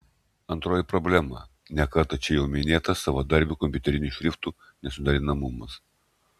antroji problema ne kartą čia jau minėtas savadarbių kompiuterinių šriftų nesuderinamumas